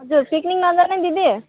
हजुर पिकनिक नजाने दिदी